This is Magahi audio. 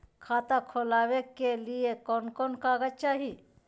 खाता खोलाबे के लिए कौन कौन कागज चाही?